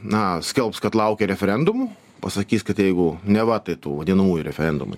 na skelbs kad laukia referendumų pasakys kad jeigu neva tai tų vadinamųjų referendumų